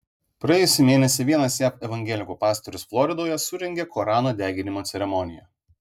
praėjusį mėnesį vienas jav evangelikų pastorius floridoje surengė korano deginimo ceremoniją